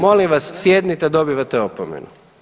Molim vas, sjednite, dobivate opomenu.